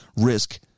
risk